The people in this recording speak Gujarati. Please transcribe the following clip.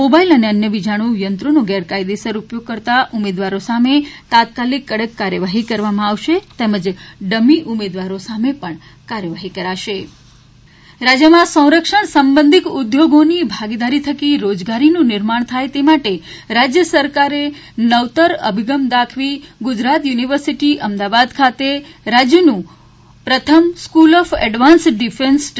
મોબાઈલ અને અન્યમ વિજાણુ યંત્રોનો ગેરકાયદેસર ઉપયોગ કરતા ઉમેદવારો સામે તાત્કાલિક કડક કાર્યવાહી કરવામાં આવશે તેમજ ડમી ઉમેદવારો સામે પણ કાર્યવાહી કરાશે રાજ્યમા સંરક્ષણ સંબંધિત ઉદ્યોગોની ભાગીદારી થકી રોજગારીનુ નિર્માણ થાય તે માટે રાજ્ય સરકાર માટે નવતર અભિગમ દાખવીને ગુજરાત યુનિવર્સિટી અમદાવાદ ખાતે રાજ્યનું પ્રથમ school of advanced defence studies S